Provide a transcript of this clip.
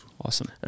Awesome